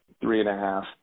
three-and-a-half